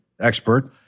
expert